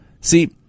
See